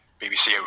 BBC